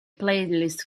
playlist